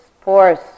force